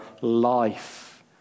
life